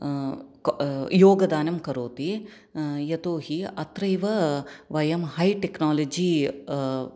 योगदानं करोति यतोहि अत्रैव वयं है टेक्नोलजि